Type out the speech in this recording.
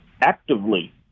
actively